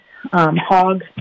hog